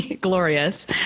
glorious